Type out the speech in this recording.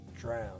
drown